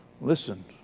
Listen